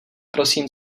prosím